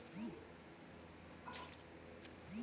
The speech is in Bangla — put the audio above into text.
ধালের যে সুকলা ভাগটা থ্যাকে উয়াকে স্ট্র বা খড় ব্যলে